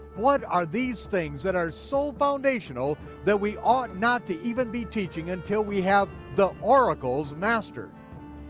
what are these things that are so foundational that we ought not to even be teaching until we have the oracles mastered?